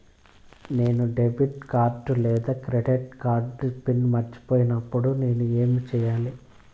నేను debit card లేదా credit card PIN మర్చిపోయినప్పుడు నేను ఏమి సెయ్యాలి?